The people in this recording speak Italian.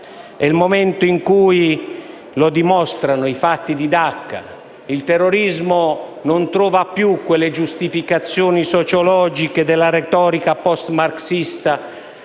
È il momento in cui, come dimostrano i fatti di Dacca, il terrorismo non trova più quelle giustificazioni sociologiche della retorica post-marxista